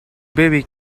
baby